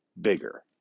bigger